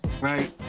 Right